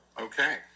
Okay